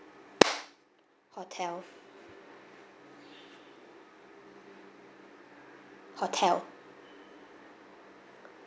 hotel hotel